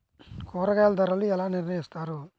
కూరగాయల ధరలు ఎలా నిర్ణయిస్తారు?